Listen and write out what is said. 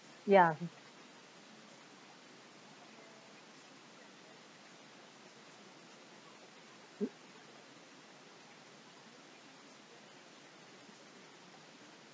ya